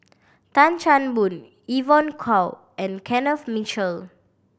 Tan Chan Boon Evon Kow and Kenneth Mitchell